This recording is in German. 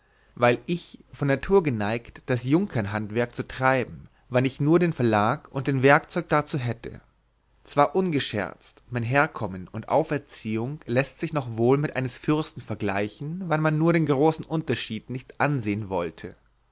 weil ich von natur geneigt das junkernhandwerk zu treiben wann ich nur den verlag und den werkzeug darzu hätte zwar ungescherzt mein herkommen und auferziehung läßt sich noch wohl mit eines fürsten vergleichen wann man nur den großen unterscheid nicht ansehen wollte